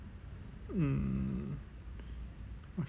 mm